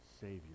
Savior